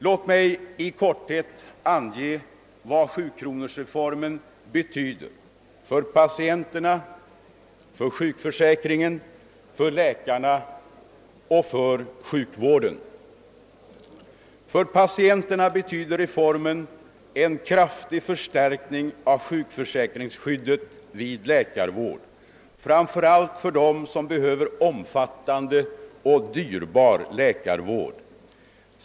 Låt mig i korthet ange vad sjukronorsreformen betyder för patienterna, för sjukförsäkringen, för läkarna och för sjukvården. För patienterna betyder reformen en kraftig förstärkning av sjukförsäkringsskyddet vid läkarvård, framför allt för dem som behöver omfattande och dyrbar läkarvård.